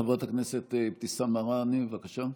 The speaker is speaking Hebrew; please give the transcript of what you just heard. חברת הכנסת אבתיסאם מראענה, בבקשה.